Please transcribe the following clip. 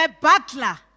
butler